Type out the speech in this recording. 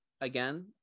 again